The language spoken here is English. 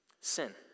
sin